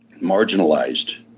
marginalized